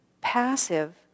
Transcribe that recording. passive